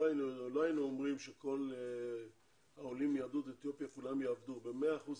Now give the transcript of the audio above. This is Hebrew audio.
לא היינו אומרים שכל העולים מיהדות אתיופיה יעבדו כמעט ב-100 אחוזים.